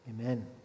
Amen